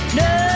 no